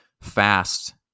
fast